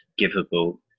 giveable